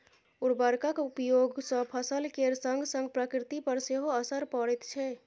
उर्वरकक उपयोग सँ फसल केर संगसंग प्रकृति पर सेहो असर पड़ैत छै